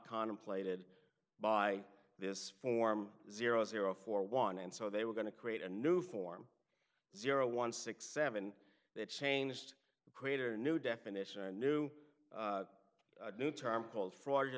contemplated by this form zero zero four one and so they were going to create a new form zero one six seven they changed the creator a new definition a new new term called fr